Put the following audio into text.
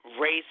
race